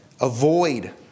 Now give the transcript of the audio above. avoid